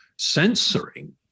censoring